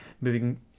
moving